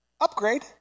Upgrade